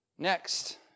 Next